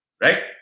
Right